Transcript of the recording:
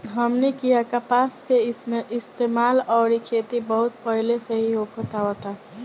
हमनी किहा कपास के इस्तेमाल अउरी खेती बहुत पहिले से ही होखत आवता